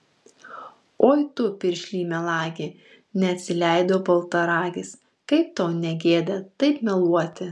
oi tu piršly melagi neatsileido baltaragis kaip tau ne gėda taip meluoti